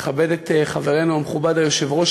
לכבד את חברנו המכובד היושב-ראש,